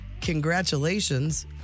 Congratulations